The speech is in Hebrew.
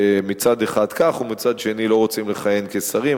שמצד אחד כך ומצד שני לא רוצים לכהן כשרים,